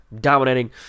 dominating